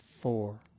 four